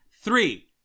three